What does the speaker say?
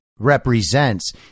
represents